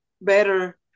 better